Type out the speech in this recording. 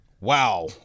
wow